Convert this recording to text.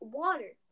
water